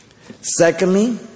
Secondly